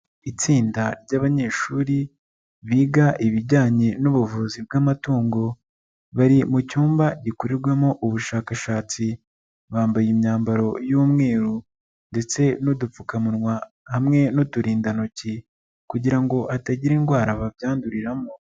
Itsinda ry'abanyeshuri biga ibijyanye n'ubuvuzi bw'amatungo, bari mu cyumba gikorerwamo ubushakashatsi, bambaye imyambaro y'umweru ndetse n'udupfukamunwa hamwe n'uturindantoki kugira ngo hatagira indwara babyanduriramo.